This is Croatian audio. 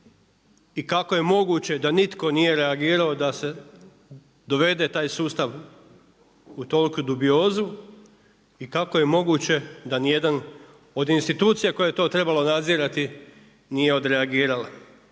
i kako je moguće da nitko nije reagirao da se dovede taj sustav u toliku dubiozu i kako je moguće da ni jedan od institucija koje je to trebalo nadzirati nije odreagirala.